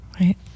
right